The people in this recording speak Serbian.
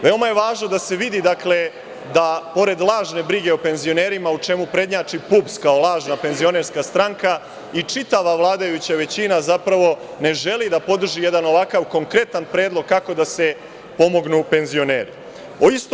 Veoma je važno da se vidi da pored lažne brige o penzionerima, u čemu prednjači PUPS kao lažna penzionerska stranka i čitava vladajuća većina, zapravo, ne želi da podrži jedan ovakav konkretan predlog kako da se pomognu penzioneri.